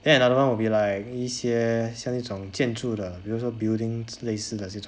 then another one will be like 一些像那种建筑的比如说 buildings 类似的这种